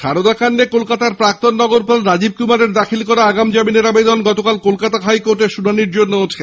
সারদা কান্ডে কলকাতার প্রাক্তন নগরপাল রাজীব কুমারের দাখিল করা আগাম জামিনের আবেদন গতকাল কলকাতা হাইকোর্টে শুনানির জন্য ওঠে